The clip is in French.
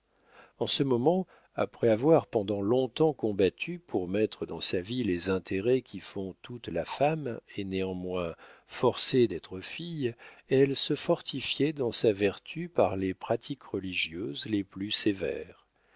en ce moment après avoir pendant long-temps combattu pour mettre dans sa vie les intérêts qui font toute la femme et néanmoins forcée d'être fille elle se fortifiait dans sa vertu par les pratiques religieuses les plus sévères